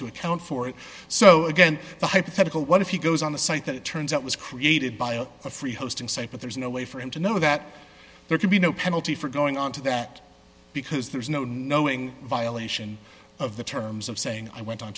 to account for it so again the hypothetical what if he goes on a site that it turns out was created by a free hosting site but there's no way for him to know that there can be no penalty for going onto that because there's no knowing violation of the terms of saying i went on